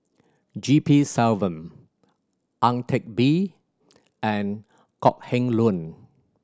G P Selvam Ang Teck Bee and Kok Heng Leun